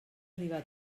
arriba